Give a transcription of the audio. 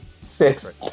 Six